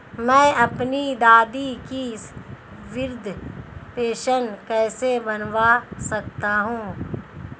मैं अपनी दादी की वृद्ध पेंशन कैसे बनवा सकता हूँ?